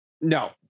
No